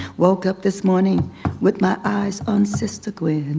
woke up this morning with my eyes on sister gwen.